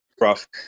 rough